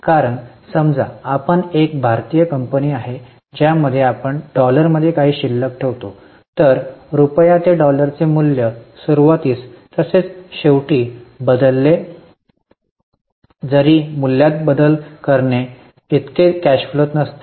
कारण समजा आपण एक भारतीय कंपनी आहे ज्यामध्ये आपण डॉलरमध्ये काही शिल्लक ठेवतो तर रुपया ते डॉलरचे मूल्य सुरवातीस तसेच शेवटी बदलेल जरी मूल्यात बदल करणे इतके कॅश फ्लो नसते